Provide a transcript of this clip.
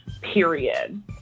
period